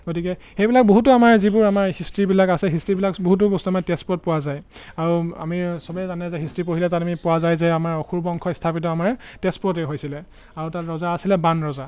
গতিকে সেইবিলাক বহুতো আমাৰ যিবোৰ আমাৰ হিষ্ট্ৰিবিলাক আছে হিষ্ট্ৰিবিলাক বহুতো বস্তু আমাৰ তেজপুৰত পোৱা যায় আৰু আমি চবেই জানে যে হিষ্ট্ৰী পঢ়িলে তাত আমি পোৱা যায় যে আমাৰ অসুৰ বংশ স্থাপিত আমাৰ তেজপুৰতেই হৈছিলে আৰু তাত ৰজা আছিলে বান ৰজা